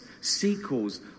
sequels